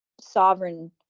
sovereign